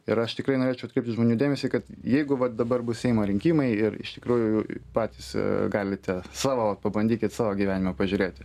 ir aš tikrai norėčiau atkreipti žmonių dėmesį kad jeigu vat dabar bus seimo rinkimai ir iš tikrųjų patys galite savo pabandykit savo gyvenimą pažiūrėti